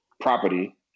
property